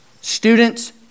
Students